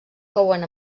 couen